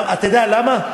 אתה יודע למה?